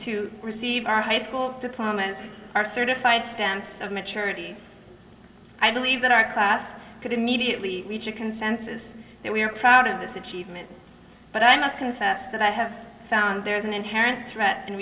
to receive our high school diplomas are certified stamps of maturity i believe that our class could immediately reach a consensus that we are proud of this itchy event but i must confess that i have found there is an inherent threat